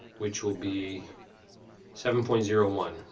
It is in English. which will be seven point zero one.